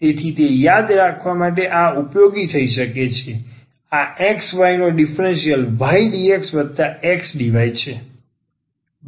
તેથી તે યાદ રાખવા માટે આ ઉપયોગી થઈ શકે છે કે આ xy નો ડિફરન્સલ ydxxdyછે